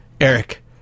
Eric